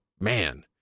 man